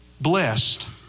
blessed